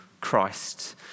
Christ